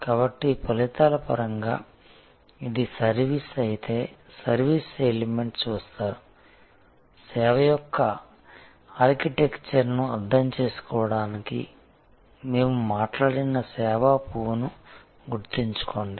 కాబట్టి ఫలితాల పరంగా ఇది సర్వీస్ అయితే సర్వీస్ ఎలిమెంట్స్ చూస్తారు సేవ యొక్క ఆర్కిటెక్చర్ను అర్థం చేసుకోవడానికి మేము మాట్లాడిన సేవా పువ్వును గుర్తుంచుకోండి